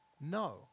No